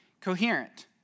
coherent